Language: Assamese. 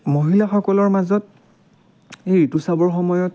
মহিলাসকলৰ মাজত সেই ঋতুস্ৰাৱৰ সময়ত